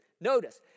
notice